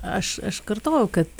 aš aš kartojau kad